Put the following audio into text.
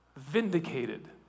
Vindicated